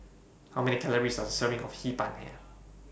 How Many Calories Does A Serving of Hee Pan Have